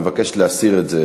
מבקשת להסיר את זה,